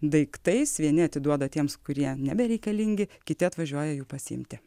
daiktais vieni atiduoda tiems kurie nebereikalingi kiti atvažiuoja jų pasiimti